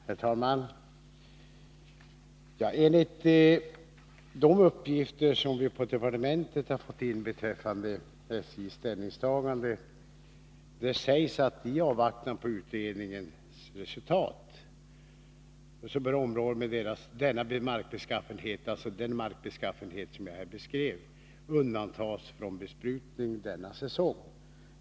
Herr talman! De uppgifter som vi på departementet har fått in beträffande SJ:s ställningstagande går ut på att områden med den markbeskaffenhet som jag här beskrivit bör undantas från besprutning denna säsong i avvaktan på utredningens resultat.